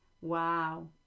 wow